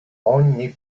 ogni